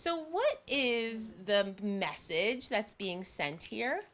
so what is the message that's being sent here